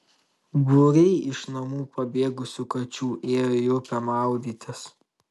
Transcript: būriai iš namų pabėgusių kačių ėjo į upę maudytis